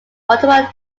ottawa